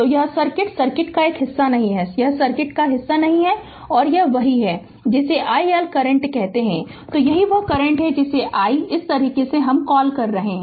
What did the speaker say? तो यह circuit circuit का यह हिस्सा नहीं है सर्किट का यह हिस्सा नहीं है और यही वह है जिसे i L करंट कहते हैं और यही वह करंट है जिसे i इस तरह से कॉल कर रहा है